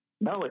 No